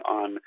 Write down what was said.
on